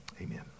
Amen